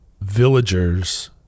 villagers